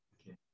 Okay